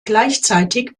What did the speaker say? gleichzeitig